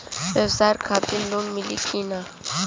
ब्यवसाय खातिर लोन मिली कि ना?